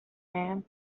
man